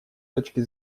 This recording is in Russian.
точки